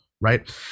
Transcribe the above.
right